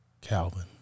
Calvin